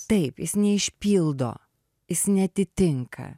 taip jis neišpildo jis neatitinka